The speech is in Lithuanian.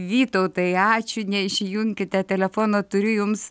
vytautai ačiū neišjunkite telefono turiu jums